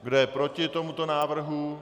Kdo je proti tomuto návrhu?